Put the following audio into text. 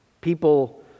People